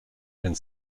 and